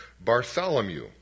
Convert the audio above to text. Bartholomew